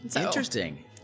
Interesting